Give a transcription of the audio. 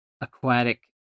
aquatic